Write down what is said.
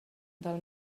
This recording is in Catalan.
del